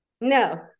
No